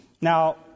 Now